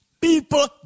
People